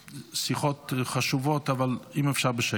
השיחות חשובות, אבל אם אפשר בשקט.